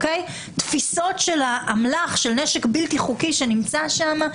תפיסות של נשק בלתי חוקי שנמצא שם,